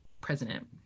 president